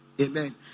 Amen